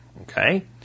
Okay